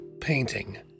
painting